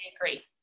great